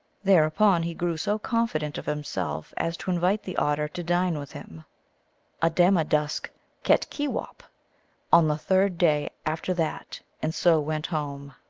thereupon he grew so confident of himself as to invite the otter to dine with him adamadusk ketkewop on the third day after that, and so went home.